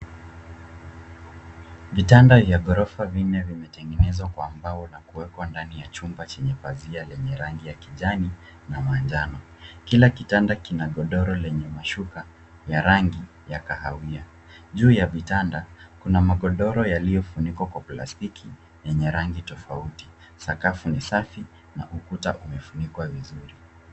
Vitanda vya ghorofa vinne vimetengenezwa kwa mbao na kuwekwa ndani ya chumba chenye pazia lenye rangi ya kijani na manjano. Kila kitanda kina godoro lenye mashuka ya rangi ya kahawia. Juu ya kitanda kuna magodoro yaliyofunikwa kwa plastiki yenye rangi tofauti. Sakafu ni safi na ukuta umefunikwa vizuri.